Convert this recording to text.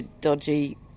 dodgy